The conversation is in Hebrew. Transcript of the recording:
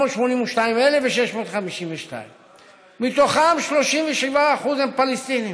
882,652 תושבים, ומתוכם 37% הם פלסטינים,